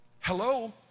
Hello